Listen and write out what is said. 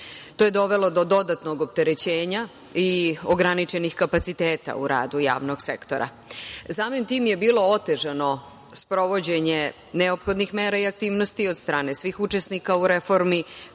je dovelo do dodatnog opterećenja i ograničenih kapaciteta u radu javnog sektora. Samim tim je bilo otežano sprovođenje neophodnih mera i aktivnosti od strane svih učesnika u reformi,